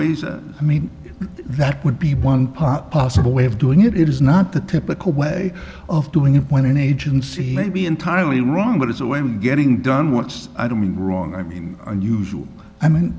always i mean that would be one pot possible way of doing it it is not the typical way of doing it when an agency may be entirely wrong but it's a way in getting done what i don't mean wrong i mean unusual i mean